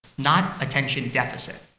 not attention deficit.